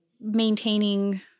maintaining